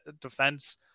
defense